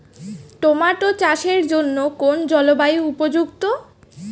Tomato চাষের জন্য কোন জলবায়ু উপযুক্ত?